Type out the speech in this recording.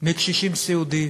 מקשישים סיעודיים